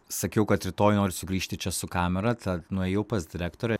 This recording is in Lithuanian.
sakiau kad rytoj noriu sugrįžti čia su kamera tad nuėjau pas direktorę